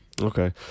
Okay